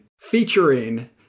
featuring